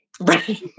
Right